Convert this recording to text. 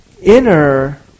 inner